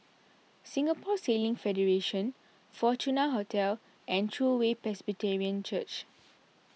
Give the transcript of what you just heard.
Singapore Sailing Federation Fortuna Hotel and True Way Presbyterian Church